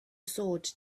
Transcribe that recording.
sword